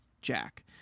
Jack